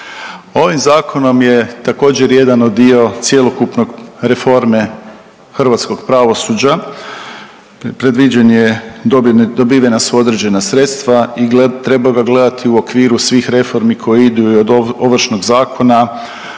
Ovim zakonom je također jedan dio cjelokupnog reforme hrvatskog pravosuđa predviđen je, dobivena su određena sredstva i treba ga gledati u okviru svih reformi koji idu i od Ovršnog zakona